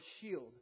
shield